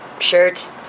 shirts